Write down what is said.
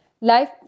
Life